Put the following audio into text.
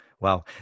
Wow